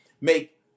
make